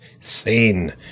sane